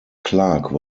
clarke